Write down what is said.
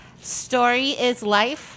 Storyislife